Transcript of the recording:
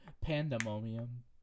Pandemonium